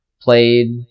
played